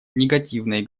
негативные